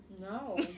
no